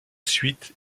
suite